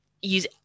use